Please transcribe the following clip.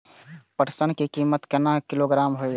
पटसन की कीमत केना किलोग्राम हय?